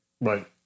Right